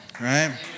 Right